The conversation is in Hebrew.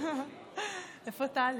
איפה טלי?